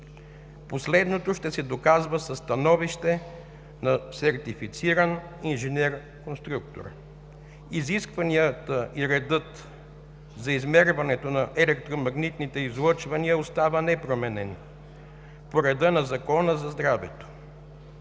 Последното ще се доказва със становище на сертифициран инженер-конструктор. Изискванията и редът за измерването на електромагнитните излъчвания остава непроменен – по реда на Закона за здравето.